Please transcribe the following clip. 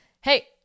Hey